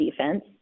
defense